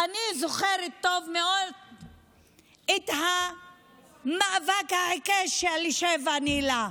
אני זוכרת טוב מאוד את המאבק העיקש שאלישבע ניהלה,